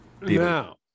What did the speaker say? Now